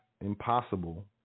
impossible